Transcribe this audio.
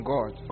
God